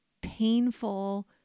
painful